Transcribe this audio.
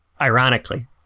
ironically